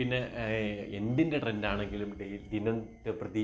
പിന്നെ എന്തിൻ്റെ ട്രെൻഡാണെങ്കിലും ദിനം പ്രതി